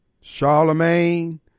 charlemagne